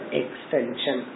extension